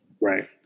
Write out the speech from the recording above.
right